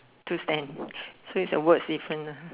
to stand so is the words different lah ha